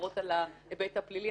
מדברות על ההיבט הפלילי.